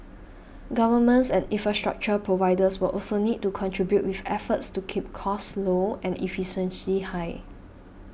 governments and infrastructure providers will also need to contribute with efforts to keep costs low and efficiency high